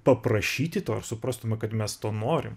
paprašyti to suprastume kad mes to norim